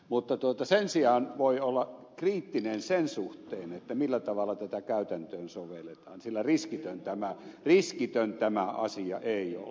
mutta sen sijaan voi olla kriittinen sen suhteen millä tavalla tätä käytäntöön sovelletaan sillä riskitön tämä asia ei ole